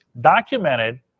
documented